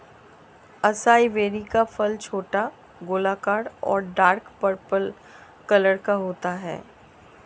acai berry का फल छोटा, गोलाकार और डार्क पर्पल कलर का होता है